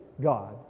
God